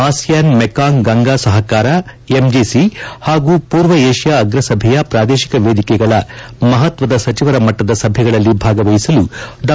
ASEAN Mekong Ganga ಸಹಕಾರ MGC ಹಾಗೂ ಪೂರ್ವ ಏಷ್ಯಾ ಅಗ್ರ ಸಭೆಯ ಪ್ರಾದೇಶಿಕ ವೇದಿಕೆಗಳ ಮಹತ್ವದ ಸಚಿವರ ಮಣ್ಣದ ಸಭೆಗಳಲ್ಲಿ ಭಾಗವಹಿಸಲು ಡಾ